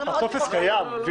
הטופס קיים.